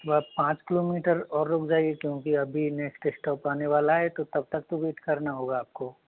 बस पाँच किलोमीटर और रुक जाइए क्योंकि अभी नेक्स्ट इस्टॉप आने वाला है तो तब तक तो वेट करना होगा आपको